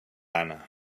anna